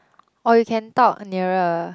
or you can talk nearer